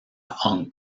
hong